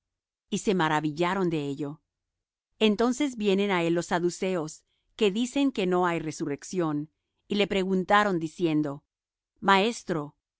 y se maravillaron de ello entonces vienen á el los saduceos que dicen que no hay resurrección y le preguntaron diciendo maestro